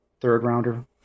third-rounder